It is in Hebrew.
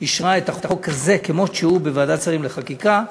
אישרה את החוק הזה, כמות שהוא, ועדת שרים לחקיקה,